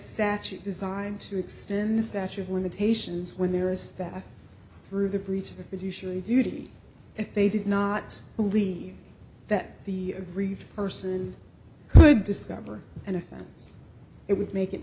statute designed to extend the statute of limitations when there is that through the breach of it usually duty if they did not believe that the aggrieved person could discover an offense it would make it